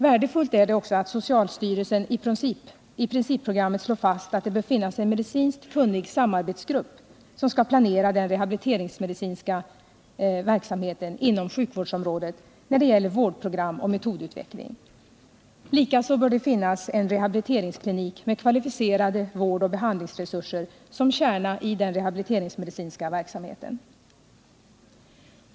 Värdefullt är det också att socialstyrelsen i principprogrammet slår fast att det bör finnas en medicinskt kunnig samarbetsgrupp som skall planera den rehabiliteringsmedicinska verksamheten inom sjukvårdsområdet när det gäller vårdprogram och metodutveckling. Likaså bör det finnas en rehabiliteringsklinik med kvalificerade vårdoch behandlingsresurser som kärna i den rehabiliteringsmedicinska verksamheten.